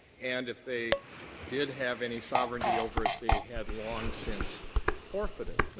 and if they did have any sovereignty over it, they had long since forfeited.